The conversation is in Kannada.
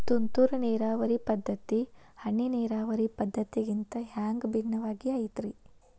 ತುಂತುರು ನೇರಾವರಿ ಪದ್ಧತಿ, ಹನಿ ನೇರಾವರಿ ಪದ್ಧತಿಗಿಂತ ಹ್ಯಾಂಗ ಭಿನ್ನವಾಗಿ ಐತ್ರಿ?